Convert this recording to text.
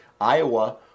Iowa